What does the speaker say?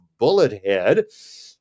Bullethead